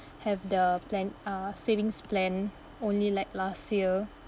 have the plan uh savings plan only like last year